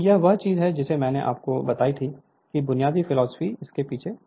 तो यह वह चीज है जो मैंने आपको बताई थी कि बुनियादी फिलॉसफी इस तरह है